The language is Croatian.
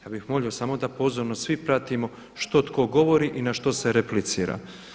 Ja bih molio samo da pozorno svi pratimo što tko govori i na što se replicira.